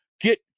get